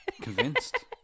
Convinced